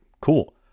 cool